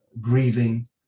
grieving